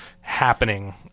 happening